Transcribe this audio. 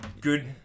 good